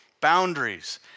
boundaries